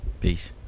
Peace